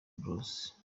bros